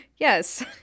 Yes